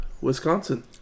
Wisconsin